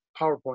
PowerPoint